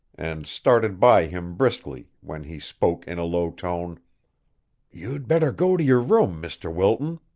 and started by him briskly, when he spoke in a low tone you'd better go to your room, mr. wilton.